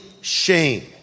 shame